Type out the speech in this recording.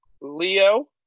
Leo